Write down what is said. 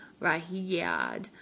Rahiyad